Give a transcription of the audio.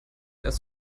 erst